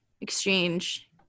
exchange